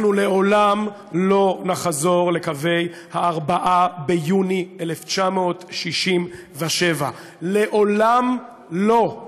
אנחנו לעולם לא נחזור לקווי ה-4 ביוני 1967. לעולם לא.